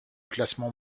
classement